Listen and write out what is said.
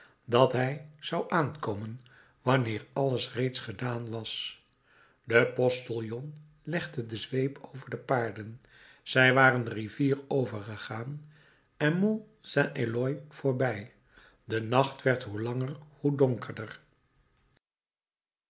dat hij zou aankomen wanneer alles reeds gedaan was de postillon legde de zweep over de paarden zij waren de rivier overgegaan en mont saint eloy voorbij de nacht werd hoe langer hoe donkerder